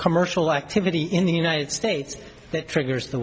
commercial activity in the united states that triggers